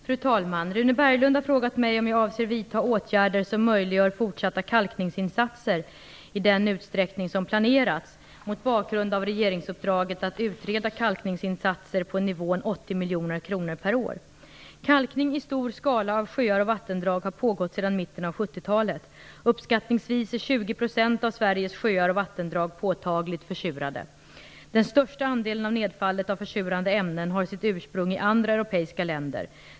Fru talman! Rune Berglund har frågat mig om jag avser att vidta åtgärder som möjliggör fortsatta kalkningsinsatser i den utsträckning som planerats, mot bakgrund av regeringsuppdraget att utreda kalkningsinsatser på nivån 80 miljoner kronor per år. Kalkning i stor skala av sjöar och vattendrag har pågått sedan mitten av 1970-talet. Uppskattningsvis är 20 % av Sveriges sjöar och vattendrag påtagligt försurade. Den största andelen av nedfallet av försurande ämnen har sitt ursprung i andra europeiska länder.